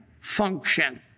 function